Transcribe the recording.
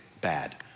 bad